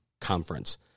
conference